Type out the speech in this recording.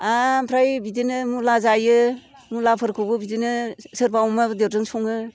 आरो ओमफ्राय बिदिनो मुला जायो मुलाफोरखौबो बिदिनो सोरबा अमा बेदरजों सङो